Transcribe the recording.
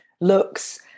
looks